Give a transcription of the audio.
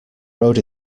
road